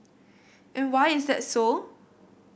and why is that so